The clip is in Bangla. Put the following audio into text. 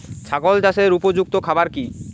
ছাগল চাষের উপযুক্ত খাবার কি কি?